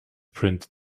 print